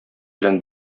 белән